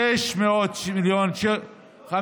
לא, 600 מיליון שקל, לא,